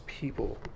people